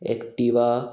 Activa